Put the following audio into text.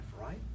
right